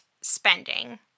spending